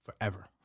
forever